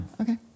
Okay